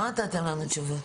לא נתתם לנו תשובות.